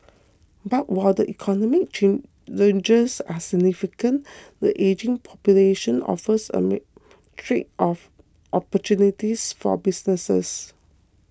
but while the economic challenges are significant the ageing population offers a myriad of opportunities for businesses